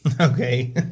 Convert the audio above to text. Okay